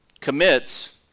commits